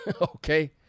Okay